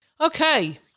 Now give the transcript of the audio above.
Okay